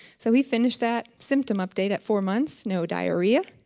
so we finish that symptom update at four months no diarrhea,